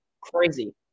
crazy